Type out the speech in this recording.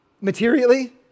Materially